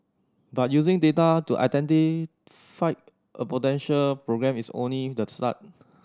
but using data to identify a potential program is only the start